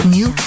New